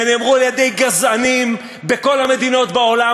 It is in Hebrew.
ונאמרו על-ידי גזענים בכל המדינות בעולם